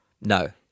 No